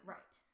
Right